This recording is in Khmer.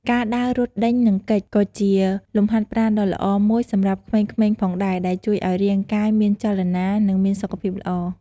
ការដើរ រត់ ដេញ និងគេច ក៏ជាលំហាត់ប្រាណដ៏ល្អមួយសម្រាប់ក្មេងៗផងដែរ ដែលជួយឱ្យរាងកាយមានចលនា និងមានសុខភាពល្អ។